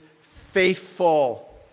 faithful